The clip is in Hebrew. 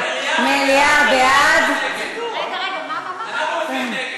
מליאה, בעד, רגע, רגע, מה, אנחנו מצביעים נגד.